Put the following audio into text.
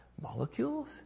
Molecules